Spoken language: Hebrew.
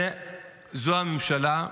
זו הממשלה,